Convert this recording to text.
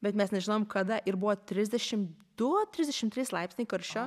bet mes nežinojom kada ir buvo trisdešimt du trisdešimt trys laipsniai karščio